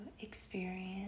experience